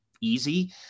easy